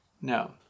No